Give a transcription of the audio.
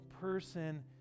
person